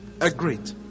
agreed